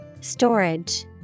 Storage